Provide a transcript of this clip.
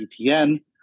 ETN